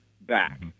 back